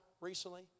recently